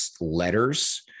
letters